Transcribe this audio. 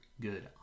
good